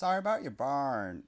sorry about your bar